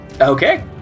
okay